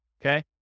Okay